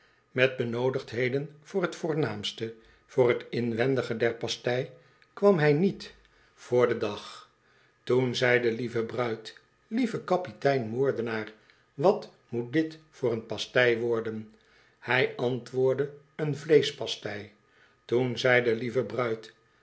met benoodigdheden voor t voornaamste voor t inwendige der pastei kwam hij niet voor den dag toen zei de lieve bruid lieve kapitein moordenaar wat moet dit voor een pastei worden hij antwoordde een vleeschpastei toen zei do lieve bruid